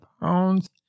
pounds